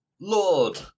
Lord